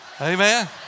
Amen